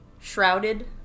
shrouded